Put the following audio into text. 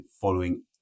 following